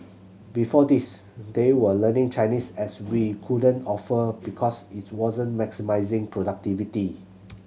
before this they were learning Chinese as we couldn't offer because it wasn't maximising productivity